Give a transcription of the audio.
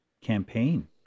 campaign